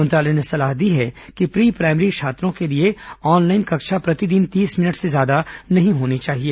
मंत्रालय ने सलाह दी है कि प्री प्राइमरी छात्रों के लिए ऑनलाइन कक्षा प्रतिदिन तीस मिनट से ज्यादा नहीं होनी चाहिए